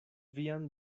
vian